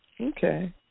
okay